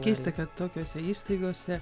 keista kad tokiose įstaigose